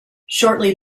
shortly